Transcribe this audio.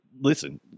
Listen